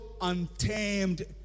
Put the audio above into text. untamed